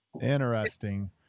interesting